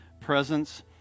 presence